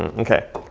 and okay,